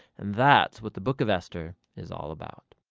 and that's what the book of esther is all about.